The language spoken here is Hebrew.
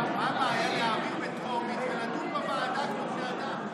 מה הבעיה להעביר בטרומית ולדון בוועדה כמו בני אדם?